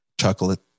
chocolate